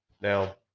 Now